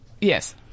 Yes